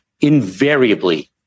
invariably